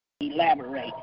elaborate